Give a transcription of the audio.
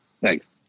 Thanks